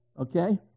okay